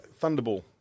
Thunderball